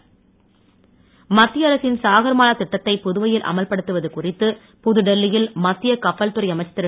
கப்பல் மத்தியஅரசின் சாகர்மாலா திட்டத்தை புதுவையில் அமல்படுத்துவது குறித்து புதுடெல்லியில் மத்திய கப்பல்துறை அமைச்சர் திரு